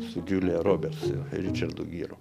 su džiulia robers ir ričardu gyru